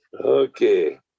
Okay